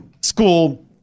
School